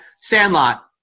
Sandlot